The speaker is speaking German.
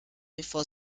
bevor